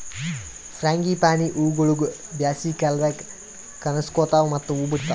frangipani ಹೂವುಗೊಳ್ ಬ್ಯಾಸಗಿ ಕಾಲದಾಗ್ ಕನುಸ್ಕೋತಾವ್ ಮತ್ತ ಹೂ ಬಿಡ್ತಾವ್